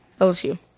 LSU